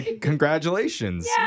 congratulations